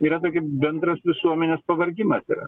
yra tokie bendras visuomenės pavargimas yra